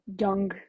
young